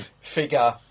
figure